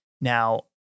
Now